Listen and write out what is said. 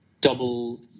double